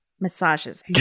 massages